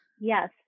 Yes